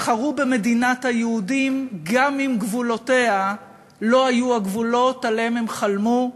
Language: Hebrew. בחרו במדינת היהודים גם אם גבולותיה לא היו הגבולות שעליהם הם חלמו,